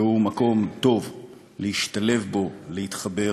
שהוא מקום טוב להשתלב בו ולהתחבר,